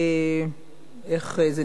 איך זה נקרא?